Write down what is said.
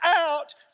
out